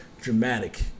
dramatic